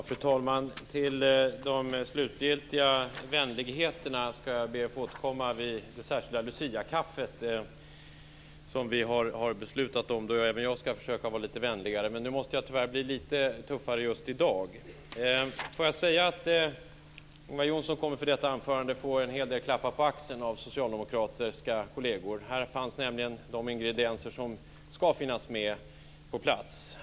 Fru talman! Till de slutgiltiga vänligheterna ska jag be att få återkomma vid det särskilda luciakaffe som vi har beslutat om där även jag ska försöka vara lite vänligare. Tyvärr måste jag bli lite tuffare just i dag. Ingvar Johnsson kommer för detta anförande att få en hel del klappar på axeln av socialdemokratiska kolleger. Där fanns nämligen de ingredienser som ska finnas med på plats.